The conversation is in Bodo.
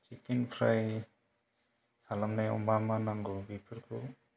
चिकेन फ्राय खालामनायाव मा मा नांगौ बेफोरखौ